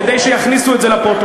כדאי שיכניסו את זה לפרוטוקול,